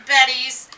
Betty's